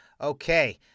Okay